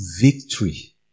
victory